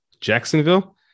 Jacksonville